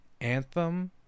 Anthem